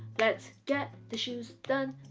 let's get the shoes done